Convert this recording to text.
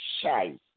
shy